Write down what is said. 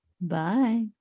Bye